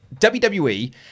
WWE